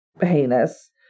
heinous